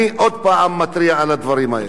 אני עוד פעם מתריע על הדברים האלה.